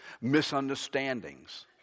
misunderstandings